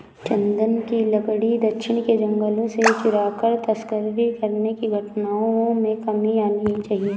चन्दन की लकड़ी दक्षिण के जंगलों से चुराकर तस्करी करने की घटनाओं में कमी आनी चाहिए